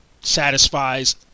satisfies